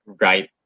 right